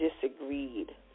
disagreed